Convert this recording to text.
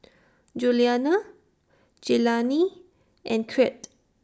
Juliana Jelani and Crete